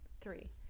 three